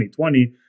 2020